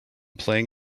playing